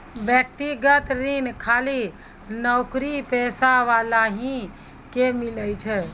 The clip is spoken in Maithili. व्यक्तिगत ऋण खाली नौकरीपेशा वाला ही के मिलै छै?